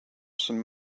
some